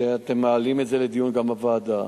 שאתם מעלים את זה לדיון גם בוועדה.